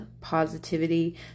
positivity